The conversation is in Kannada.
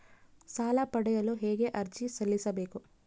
ಸಾಲ ಪಡೆಯಲು ಹೇಗೆ ಅರ್ಜಿ ಸಲ್ಲಿಸಬೇಕು?